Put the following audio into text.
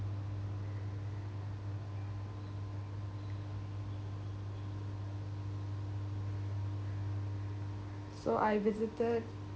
so I visited